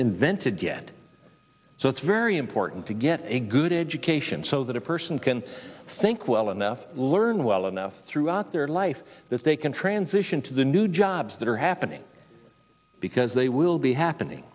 invented yet so it's very important to get a good education so that a person can think well enough learn well enough throughout their life that they can transition to the new jobs that are happening because they will be happening